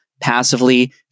passively